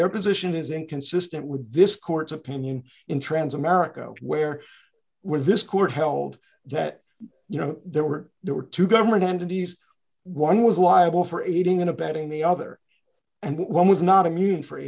their position is inconsistent with this court's opinion in trans america where with this court held that you know there were there were two government entities one was liable for aiding and abetting the other and one was not immune for